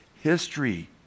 history